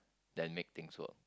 than make things work